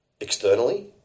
externally